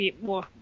more